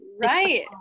right